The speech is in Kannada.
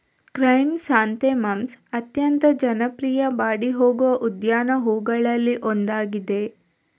ಕ್ರೈಸಾಂಥೆಮಮ್ಸ್ ಅತ್ಯಂತ ಜನಪ್ರಿಯ ಬಾಡಿ ಹೋಗುವ ಉದ್ಯಾನ ಹೂವುಗಳಲ್ಲಿ ಒಂದಾಗಿದೆ